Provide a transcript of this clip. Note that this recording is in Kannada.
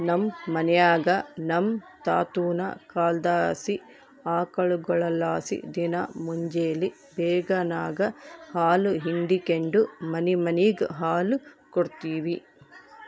ನಮ್ ಮನ್ಯಾಗ ನಮ್ ತಾತುನ ಕಾಲದ್ಲಾಸಿ ಆಕುಳ್ಗುಳಲಾಸಿ ದಿನಾ ಮುಂಜೇಲಿ ಬೇಗೆನಾಗ ಹಾಲು ಹಿಂಡಿಕೆಂಡು ಮನಿಮನಿಗ್ ಹಾಲು ಕೊಡ್ತೀವಿ